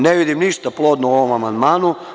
Ne vidim ništa plodno u ovom amandmanu.